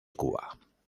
cuba